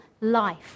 life